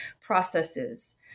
processes